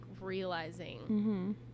realizing